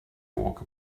walk